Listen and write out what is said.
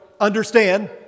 understand